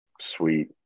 sweet